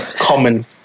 Common